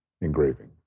engraving